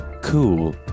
cool